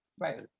Right